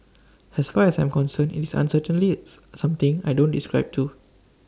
as far as I'm concerned it's certainly something I don't describe to